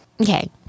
okay